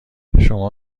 شما